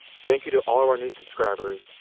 thank you to all our new subscribers,